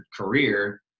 career